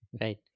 Right